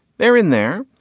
they're in there.